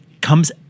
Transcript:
comes